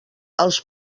els